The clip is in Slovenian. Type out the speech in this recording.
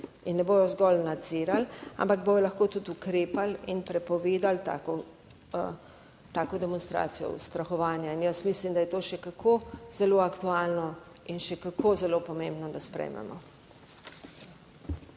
in ne bodo zgolj nadzirali, ampak bodo lahko tudi ukrepali in prepovedali, tako tako demonstracijo ustrahovanja in jaz mislim, da je to še kako zelo aktualno in še kako zelo pomembno, da sprejmemo.